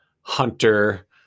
Hunter